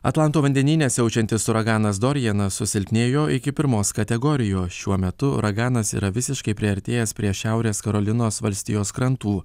atlanto vandenyne siaučiantis uraganas dorianas susilpnėjo iki pirmos kategorijos šiuo metu uraganas yra visiškai priartėjęs prie šiaurės karolinos valstijos krantų